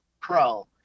pro